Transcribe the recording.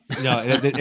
no